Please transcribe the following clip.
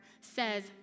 says